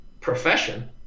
profession